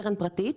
קטן פרטית.